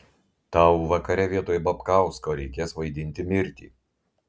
tau vakare vietoj babkausko reikės vaidinti mirtį